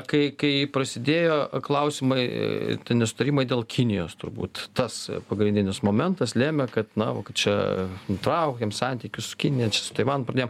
kai kai prasidėjo klausimai tie nesutarimai dėl kinijos turbūt tas pagrindinis momentas lėmė kad na va kad čia nutraukėm santykius su kinija čia su taivanu pradėjom